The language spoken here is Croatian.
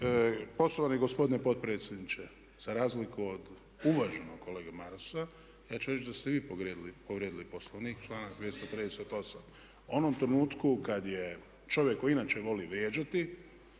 poštovani gospodine potpredsjedniče. Za razliku od uvaženog kolege Marasa, ja ću reći da ste vi povrijedili Poslovnik članak 238. u onom trenutku kad je čovjek koji inače voli vrijeđati,